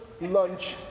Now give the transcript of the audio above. lunch